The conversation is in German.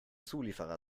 zulieferer